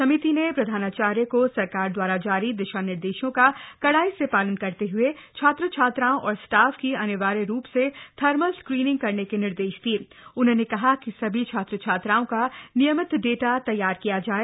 समिति ना प्रधानाचार्य को सरकार द्वारा जारी दिशा निर्देशों का कड़ाई स पालन करत हए छात्र छात्राओं और स्टाफ की अनिवार्य रूप स थर्मल स्क्रींनिंग करन क निर्देश दिय उन्होंन कहा कि सभी छात्र छात्राओं का नियमित डाटा तैयार किया जाय